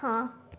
ਹਾਂ